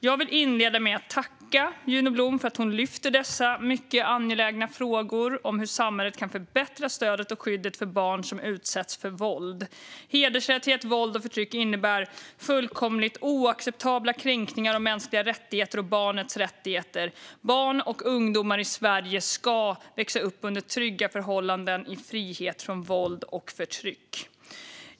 Jag vill inleda med att tacka Juno Blom för att hon lyfter dessa mycket angelägna frågor om hur samhället kan förbättra stödet och skyddet för barn som utsätts för våld. Hedersrelaterat våld och förtryck innebär fullkomligt oacceptabla kränkningar av mänskliga rättigheter och barnets rättigheter. Barn och ungdomar i Sverige ska växa upp under trygga förhållanden i frihet från våld och förtryck.